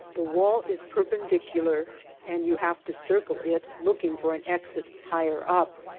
the wall is perpendicular and you have to circle it looking for an exit higher up.